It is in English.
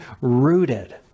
rooted